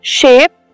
shape